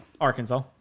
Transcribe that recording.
Arkansas